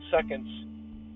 seconds